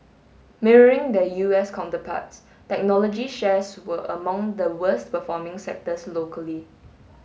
mirroring their U S counterparts technology shares were among the worst performing sectors locally